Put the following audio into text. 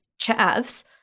chavs